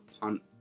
punt